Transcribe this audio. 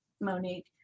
Monique